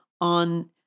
on